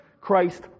Christ